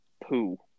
poo